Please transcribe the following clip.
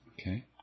Okay